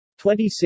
26